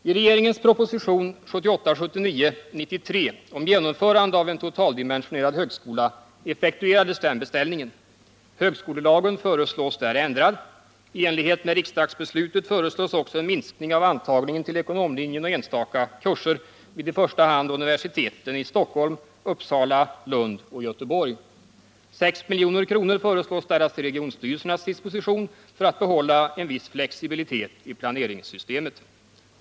I regeringens proposition 1978/79:93 om genomförande av en totaldimensionerad högskola effektuerades den beställningen. Högskolelagen föreslås där ändrad. I enlighet med riksdagsbeslutet föreslås också en minskning av antagningen till ekonomlinjen och enstaka kurser vid i första hand universiteten i Stockholm, Uppsala, Lund och Göteborg. 6 milj.kr. föreslås ställas till regionstyrelsernas disposition för att behålla en viss flexibilitet i planeringssystemet.